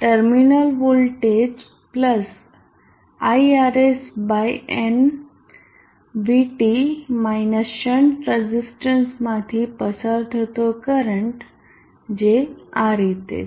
terminal voltage plus iRs by n VT minus shunt resistor માંથી પસાર થતો કરંટ જે આ રીતે છે